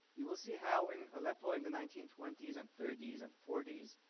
you will see how in aleppo in the nineteen twenty s and thirty s and forty